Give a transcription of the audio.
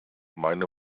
meine